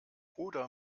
oder